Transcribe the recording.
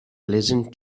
pleasant